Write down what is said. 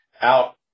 out